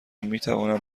میتوانم